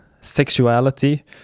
sexuality